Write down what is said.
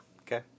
Okay